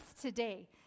today